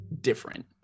different